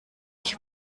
ich